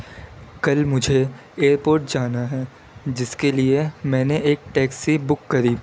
کل مجھے ایئرپورٹ جانا ہے جس کے لیے میں نے ایک ٹیکسی بک کری